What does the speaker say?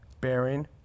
bearing